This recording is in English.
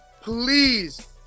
please